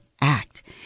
Act